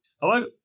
Hello